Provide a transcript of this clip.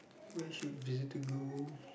where should visitors go